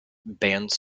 bands